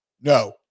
no